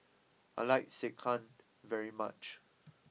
I like Sekihan very much